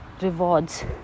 rewards